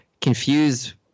confuse